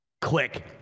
click